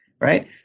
right